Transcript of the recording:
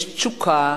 יש תשוקה